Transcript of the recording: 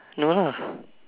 no lah